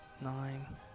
nine